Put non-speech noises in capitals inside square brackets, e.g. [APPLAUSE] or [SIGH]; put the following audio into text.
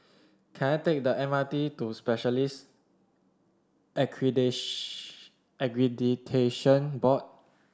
can I take the M R T to Specialists [UNINTELLIGIBLE] Accreditation Board